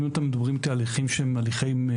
אם אתם מדברים איתי על הליכים שהם פליליים,